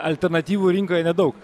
alternatyvų rinkoje nedaug